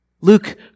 Luke